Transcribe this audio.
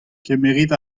kemerit